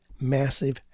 massive